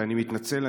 ואני מתנצל,